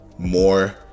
More